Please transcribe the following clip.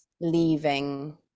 leaving